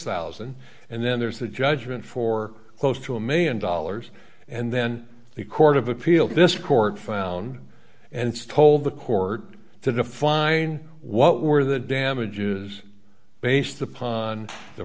dollars and then there's the judgment for close to a one million dollars and then the court of appeal this court found and told the court to define what were the damage is based upon the